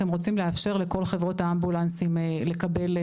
אתם רוצים לאפשר לכל חברות האמבולנסים לקבל,